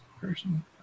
person